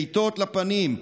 בעיטות לפנים,